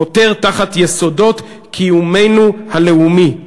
חותר תחת יסודות קיומנו הלאומי".